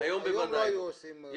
היום לא היו עושים אותו.